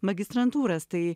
magistrantūras tai